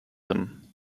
him